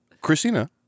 Christina